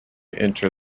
enter